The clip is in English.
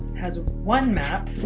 has one map.